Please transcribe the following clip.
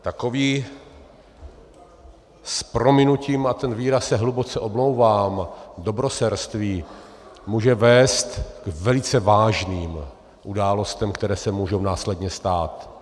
Takové s prominutím, a za ten výraz se hluboce omlouvám dobroserství může vést k velice vážným událostem, které se můžou následně stát.